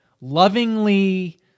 lovingly